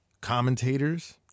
commentators